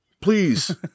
please